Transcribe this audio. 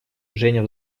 женя